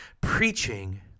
preaching